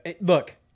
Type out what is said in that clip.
look